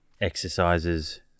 exercises